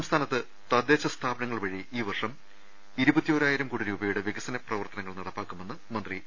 സംസ്ഥാനത്ത് തദ്ദേശസ്ഥാപനങ്ങൾ വഴി ഈ വർഷം ഇരുപ ത്തിയോരായിരം കോടി രൂപയുടെ വികസന പ്രവർത്തനങ്ങൾ നടപ്പാക്കുമെന്ന് മന്ത്രി എ